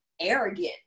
arrogant